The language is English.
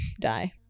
die